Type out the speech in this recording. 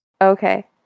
Okay